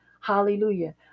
hallelujah